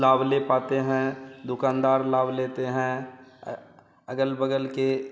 लाभ ले पाते हैं दुकानदार लाभ लेते हैं अग़ल बग़ल के